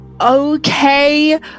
okay